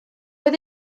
oedd